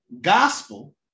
gospel